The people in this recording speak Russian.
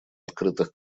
открытых